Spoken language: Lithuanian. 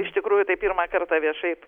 iš tikrųjų tai pirmą kartą viešai